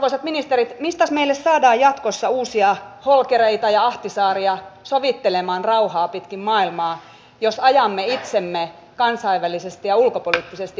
arvoisat ministerit mistäs meille saadaan jatkossa uusia holkereita ja ahtisaaria sovittelemaan rauhaa pitkin maailmaa jos ajamme itsemme kansainvälisesti ja ulkopoliittisesti paitsioon